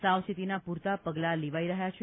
સાવચેતીના પૂરતા પગલાં લેવાઈ રહ્યા છે